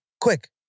quick